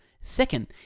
Second